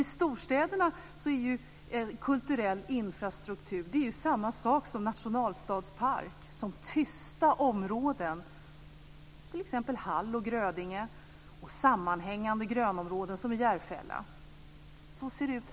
I storstäderna är kulturell infrastruktur samma sak som nationalstadspark, som tysta områden, t.ex. Hall och Grödinge, och sammanhängande grönområden som i Järfälla.